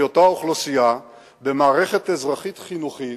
אותה אוכלוסייה במערכת אזרחית-חינוכית,